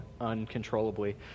uncontrollably